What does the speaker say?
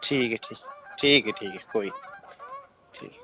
ठीक ऐ ठीक ऐ ठीक ऐ कोई नीं